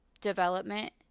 development